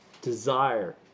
desire